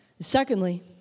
Secondly